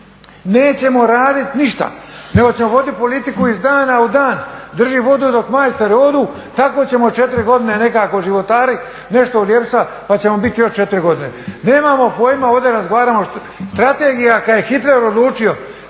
nećemo raditi ništa nego ćemo voditi politiku iz dana u dan, drži vodu dok majstori odu tako ćemo 4 godine nekako životariti, nešto uljepšati pa ćemo biti još 4 godine. Nemamo pojma, a ovdje razgovaramo. Strategija, kad je Hitler odlučio